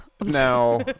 Now